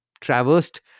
traversed